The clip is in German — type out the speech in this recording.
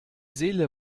seele